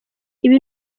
ibi